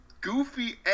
goofy